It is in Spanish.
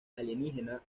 alienígena